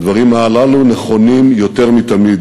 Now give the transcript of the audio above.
הדברים הללו נכונים יותר מתמיד.